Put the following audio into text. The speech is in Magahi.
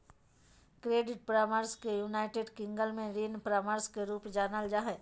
क्रेडिट परामर्श के यूनाइटेड किंगडम में ऋण परामर्श के रूप में जानल जा हइ